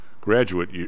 graduate